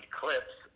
clips